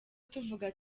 tuvuga